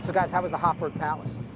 so guys, how was the hofburg palace?